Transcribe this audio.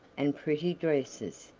and pretty dresses,